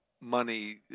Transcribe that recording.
money